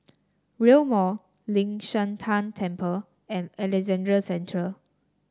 Rail Mall Ling San Teng Temple and Alexandra Central